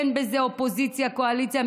אין בזה אופוזיציה קואליציה,